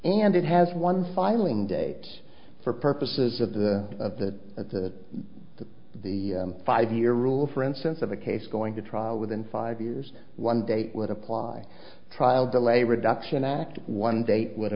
and it has one filing date for purposes of the of the the the five year rule for instance of a case going to trial within five years one date would apply trial delay reduction act one date w